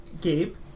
Gabe